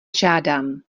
žádám